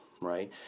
right